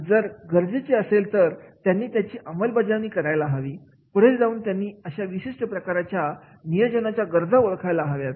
आणि जर गरजेचे असेल तर त्यांनी त्याची अंमलबजावणी करायला हवी पुढे जाऊन त्यांनी अशा विशिष्ट प्रकारच्या नियोजनाच्या गरजा ओळखायला पाहिजेत